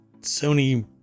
Sony